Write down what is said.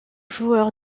joueur